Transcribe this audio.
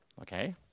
Okay